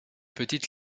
petite